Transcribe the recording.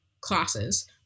classes